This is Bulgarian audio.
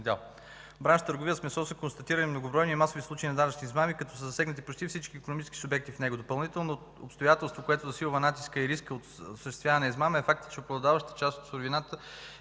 бранш „Търговия с месо” са констатирани многобройни и масови случаи на данъчни измами, като са засегнати почти всички икономически субекти в него. Допълнително обстоятелство, което засилва натиска и риска от осъществяване на измама, е фактът, че преобладаващата част от суровината,